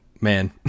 man